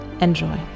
Enjoy